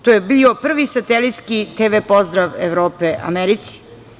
To je bio prvi satelitski TV pozdrav Evrope Americi.